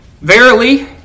Verily